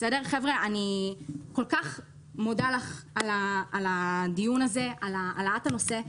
אני כל כך מודה לך על הדיון הזה, על העלאת הנושא.